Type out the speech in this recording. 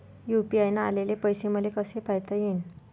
UPI न आलेले पैसे मले कसे पायता येईन?